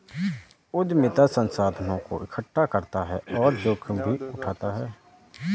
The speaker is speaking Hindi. उद्यमिता संसाधनों को एकठ्ठा करता और जोखिम भी उठाता है